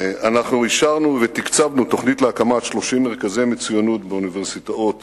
אישרנו ותקצבנו תוכנית להקמת 30 מרכזי מצוינות באוניברסיטאות